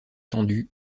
tendue